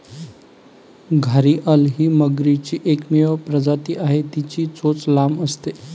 घारीअल ही मगरीची एकमेव प्रजाती आहे, तिची चोच लांब असते